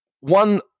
One